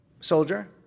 soldier